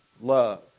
love